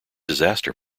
disaster